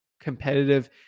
competitive